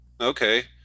okay